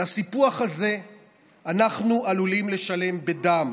על הסיפוח הזה אנחנו עלולים לשלם בדם,